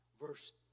verse